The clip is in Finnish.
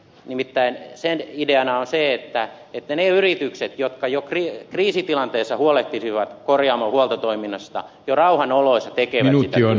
nimittäin sen ideana on se että ne yritykset jotka kriisitilanteissa huolehtisivat korjaamon huoltotoiminnasta jo rauhan oloissa tekevät sitä työtä